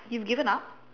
you've given up